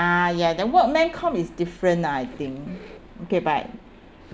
uh ya that workmen com is different lah I think okay but